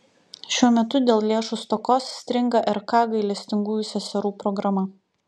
šiuo metu dėl lėšų stokos stringa rk gailestingųjų seserų programa